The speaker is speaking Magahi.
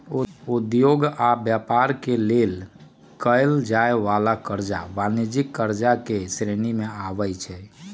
उद्योग आऽ व्यापार के लेल कएल जाय वला करजा वाणिज्यिक करजा के श्रेणी में आबइ छै